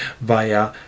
via